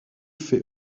fait